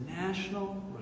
national